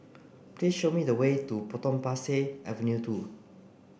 please show me the way to Potong Pasir Avenue two